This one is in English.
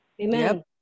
Amen